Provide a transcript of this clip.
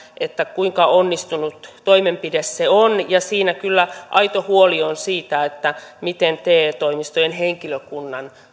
kuinka onnistunut toimenpide se on siinä kyllä aito huoli on siitä te toimistojen henkilökunnan